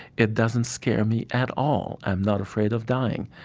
it doesn't scare me at all. i'm not afraid of dying.